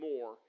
more